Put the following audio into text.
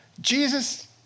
Jesus